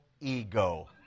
ego